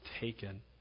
taken